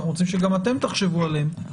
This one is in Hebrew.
אנחנו רוצים שגם אתם תחשבו עליהן.